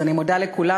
אז אני מודה לכולם.